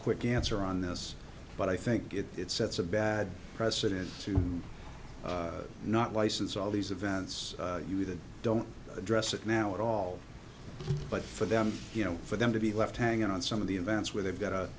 quick answer on this but i think good it sets a bad precedent to not license all these events you then don't address it now at all but for them you know for them to be left hanging on some of the events where they've got to